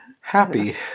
happy